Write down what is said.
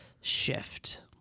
shift